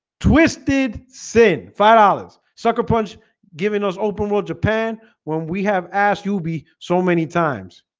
twisted sin fire olives sucker punch giving us open world japan when we have asked you'll be so many times